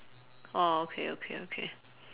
orh okay okay okay